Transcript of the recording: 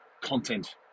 content